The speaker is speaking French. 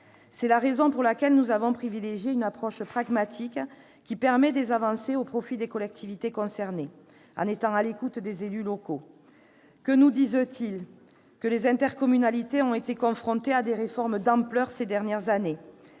C'est la raison pour laquelle nous avons privilégié une approche pragmatique qui permet des avancées au profit des collectivités concernées, en étant à l'écoute des élus locaux. Que nous disent-ils ? Que les intercommunalités ont été confrontées à des réformes d'ampleur, ces dernières années.